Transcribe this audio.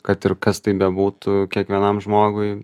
kad ir kas tai bebūtų kiekvienam žmogui